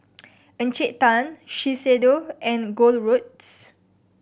Encik Tan Shiseido and Gold Roast